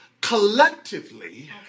Collectively